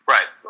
Right